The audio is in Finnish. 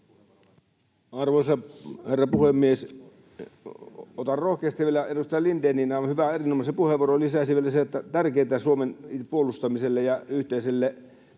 Arvoisa herra puhemies! Otan rohkeasti vielä, edustaja Lindénin aivan erinomaisen hyvään puheenvuoroon lisäisin vielä sen, että tärkeintä Suomen puolustamiselle ja yhteiselle